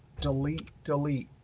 delete, delete.